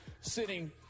sitting